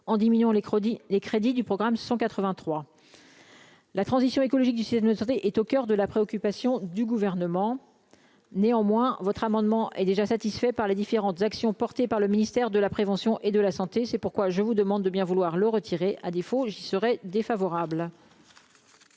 crédits, les crédits du programme 183. La transition écologique du système de santé est au coeur de la préoccupation du gouvernement, néanmoins, votre amendement est déjà satisfait par les différentes actions portées par le ministère de la prévention et de la santé, c'est pourquoi je vous demande de bien vouloir le retirer, à défaut, j'y serai défavorable.